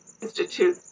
Institute